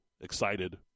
excited